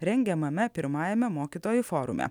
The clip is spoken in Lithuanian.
rengiamame pirmajame mokytojų forume